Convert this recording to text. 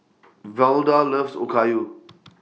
Velda loves Okayu